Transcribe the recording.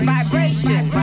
Vibration